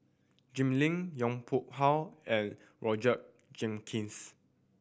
Jim Lim Yong Pung How and Roger Jenkins